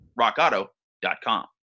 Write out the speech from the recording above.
rockauto.com